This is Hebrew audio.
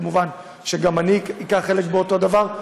כמובן גם אני אקח חלק בדבר,